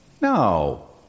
No